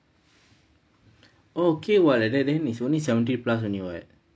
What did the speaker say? oh okay [what] then that is only seventy plus only [what]